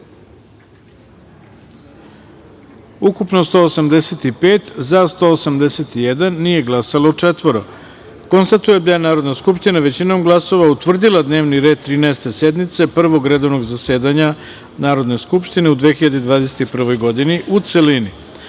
ukupno – 185, za – 181, nije glasalo četvoro. Konstatujem da je Narodna skupština većinom glasova utvrdila dnevni red Trinaeste sednice Prvog redovnog zasedanja Narodne skupštine u 2021. godini, u celini. Molim